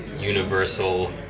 universal